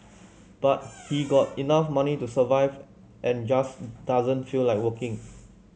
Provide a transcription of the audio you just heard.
but he got enough money to survive and just doesn't feel like working